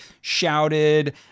shouted